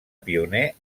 pioner